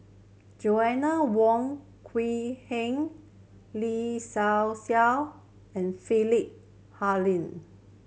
Joanna Wong Quee Heng Lin Hsin Hsin and Philip Hoalim